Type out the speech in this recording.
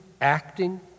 acting